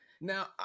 now